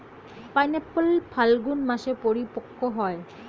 pineapple ফাল্গুন মাসে পরিপক্ব হয়